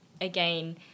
again